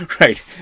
Right